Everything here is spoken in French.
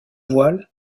voile